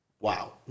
Wow